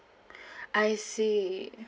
I see